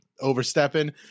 overstepping